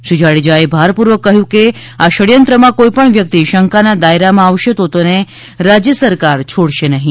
શ્રી જાડેજા એ ભારપૂર્વક કહ્યું છે કે આ ષડયંત્રમાં કોઈ પણ વ્યક્તિ શંકાના દાયરામાં આવશે તો તેને રાજ્ય સરકાર છોડશે નહીં